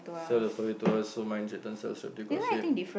sell your story to us so mine written sell celebrity gossip